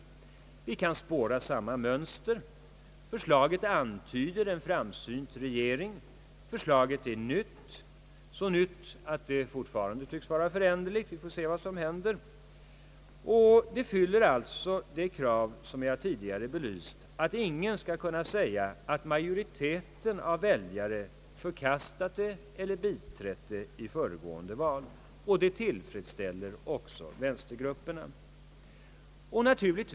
Här kan vi spåra samma mönster. Förslaget vill antyda en framsynt regering. Förslaget är så nytt att det fortfarande tycks vara föränderligt — vi får se vad som händer — och det fyller också det krav, som jag tidigare belyst, att ingen skall kunna säga, att majoriteten av väljare förkastat eller biträtt det i föregående val. Det tillfredsställer även vänstergrupperna.